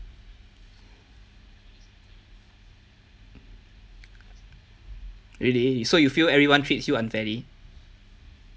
really so you feel everyone treats you unfairly